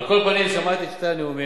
על כל פנים, שמעתי את שני הנאומים